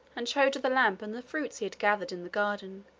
and showed her the lamp and the fruits he had gathered in the garden,